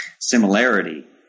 similarity